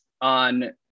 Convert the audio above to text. on